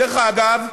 דרך אגב,